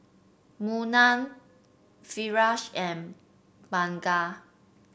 Munah Firash and Bunga